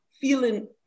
feeling